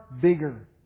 bigger